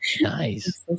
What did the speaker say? nice